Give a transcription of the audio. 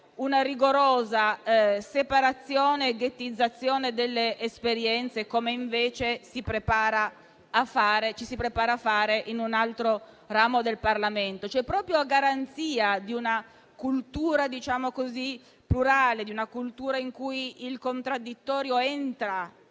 una rigorosa separazione e ghettizzazione delle esperienze, come invece ci si prepara a fare in un altro ramo del Parlamento. Proprio a garanzia di una cultura plurale, in cui il contraddittorio entri